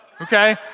Okay